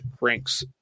ranks